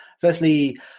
firstly